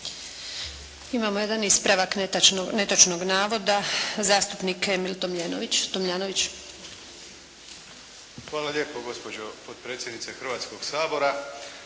Imamo jedan ispravak netočnog navoda. Zastupnik Emil Tomljanović. **Tomljanović, Emil (HDZ)** Hvala lijepo gospođo potpredsjednice Hrvatskoga sabora.